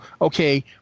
okay